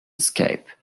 escape